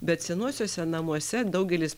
bet senuosiuose namuose daugelis